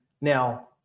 Now